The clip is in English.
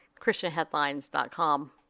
ChristianHeadlines.com